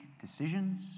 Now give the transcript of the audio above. decisions